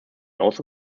also